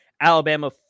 Alabama